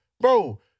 Bro